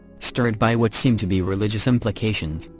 stirred by what seemed to be religious implications,